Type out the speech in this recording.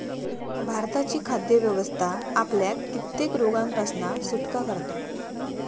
भारताची खाद्य व्यवस्था आपल्याक कित्येक रोगांपासना सुटका करता